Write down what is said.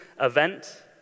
event